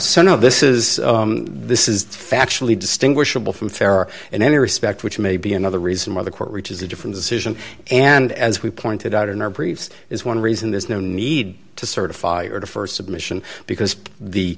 so no this is this is factually distinguishable from fair in any respect which may be another reason why the court reaches a different decision and as we pointed out in our briefs is one reason there's no need to certify or the st submission because the